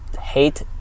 hate